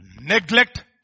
neglect